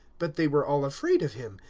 but they were all afraid of him,